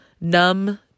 numb